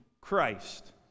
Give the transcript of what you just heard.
Christ